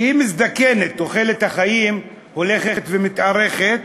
שהיא מזדקנת, תוחלת החיים הולכת ומתארכת,